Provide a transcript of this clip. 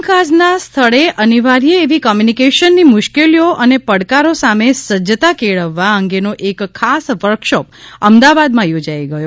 કામકાજ ના સ્થળે અનિવાર્ય એવી કોમ્યુનિકેશન ની મુશ્કેલીઓ અને પડકારો સામે સજ્જતા કેળવવા અંગેનો એક ખાસ વર્ક શોપ અમદાવાદમાં યોજાઈ ગયો